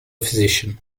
physician